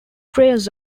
trails